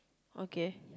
okay